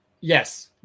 Yes